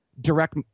direct